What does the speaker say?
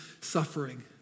suffering